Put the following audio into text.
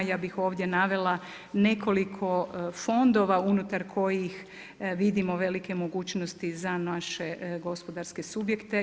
I ja bih ovdje navela nekoliko fondova unutar kojih vidimo velike mogućnosti za naše gospodarske subjekte.